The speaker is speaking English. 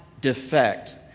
defect